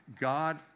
God